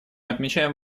отмечаем